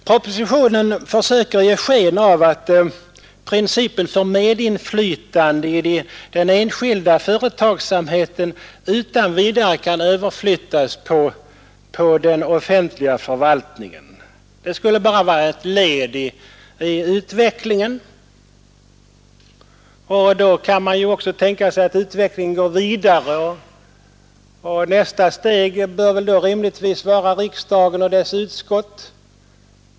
Propositionen försöker ge sken av att principen för medinflytande i den enskilda företagsamheten utan vidare kan överflyttas på den offentliga förvaltningen. Det skulle bara vara ett led i utvecklingen. Då kan man också tänka sig att utvecklingen går vidare, och nästa steg bör rimligtvis vara riksdagen och dess utskott.